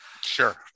sure